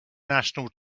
national